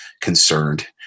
concerned